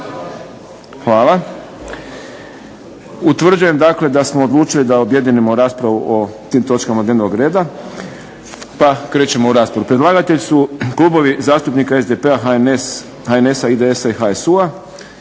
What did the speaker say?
Hvala. Utvrđujem dakle da smo odlučili da objedinimo raspravu o tim točkama dnevnog reda pa krećemo u raspravu. Predlagatelj su klubovi zastupnika SDP-a, HNS-a, IDS-a i HSU-a.